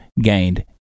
gained